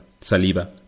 Saliba